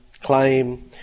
claim